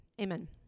Amen